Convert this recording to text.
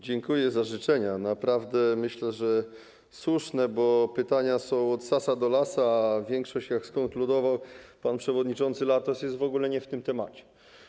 Dziękuję za życzenia, naprawdę myślę, że słuszne, bo pytania są od Sasa do Lasa, a większość, jak skonkludował pan przewodniczący Latos, jest w ogóle nie na temat.